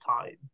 time